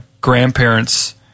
grandparents